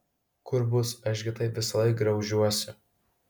kur bus aš gi taip visąlaik graužiuosi